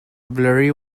blurry